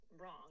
wrong